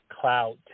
cloud